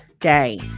day